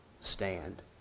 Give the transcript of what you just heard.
stand